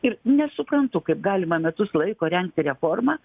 ir nesuprantu kaip galima metus laiko rengti reformą